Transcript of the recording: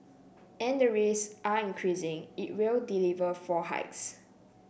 and the risks are increasing it will deliver four hikes